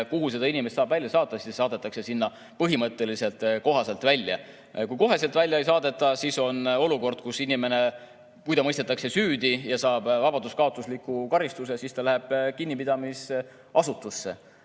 kuhu seda inimest saab välja saata, siis ta saadetakse sinna põhimõtteliselt kohe välja. Kui otsekohe välja ei saadeta, siis on olukord, kus inimene – juhul kui ta mõistetakse süüdi ja saab vabaduskaotusliku karistuse – läheb kinnipidamisasutusse.